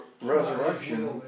resurrection